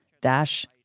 Dash